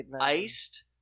iced